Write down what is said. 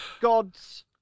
God's